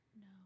No